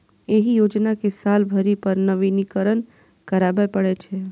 एहि योजना कें साल भरि पर नवीनीकरण कराबै पड़ै छै